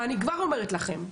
ואני כבר אומרת לכם,